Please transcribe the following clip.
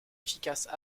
efficaces